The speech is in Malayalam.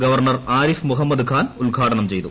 ഗവർണർ ആരിഫ് മുഹമ്മദ് ഖാൻ ഉദ്ഘാടനം ചെയ്തു